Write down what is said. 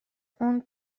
اون